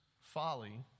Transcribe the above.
folly